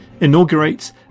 inaugurates